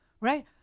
right